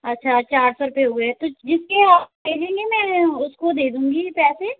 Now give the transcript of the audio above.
अच्छा चार सौ रुपये हुए तो जिससे आप भेजेंगे मैं उसको दे दूँगी पैसे